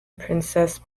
princess